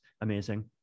amazing